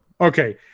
Okay